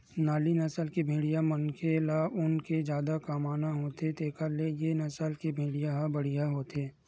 नाली नसल के भेड़िया मनखे ल ऊन ले जादा कमाना होथे तेखर ए नसल के भेड़िया ह बड़िहा होथे